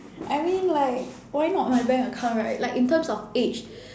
I mean like why not my bank account right like in terms of age